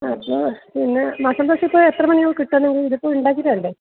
അപ്പോൾ പിന്നെ മസാലദോശ ഇപ്പോൾ എത്ര മണി ആവും കിട്ടാൻ നിങ്ങൾ ഇതിപ്പോൾ ഉണ്ടാക്കിയിട്ട് വേണ്ടേ